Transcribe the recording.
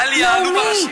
היא קראה לי "העלוב הראשי".